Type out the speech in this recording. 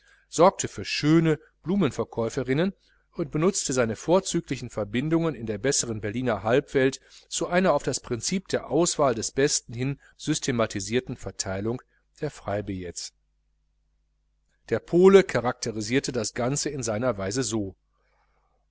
sorgte für schöne blumenverkäuferinnen und benutzte seine vorzüglichen verbindungen in der besseren berliner halbwelt zu einer auf das prinzip der auswahl des besten hin systematisierten verteilung der freibillets der pole karakterisierte das ganze in seiner weise so